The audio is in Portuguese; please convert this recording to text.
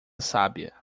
sábia